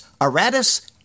Aratus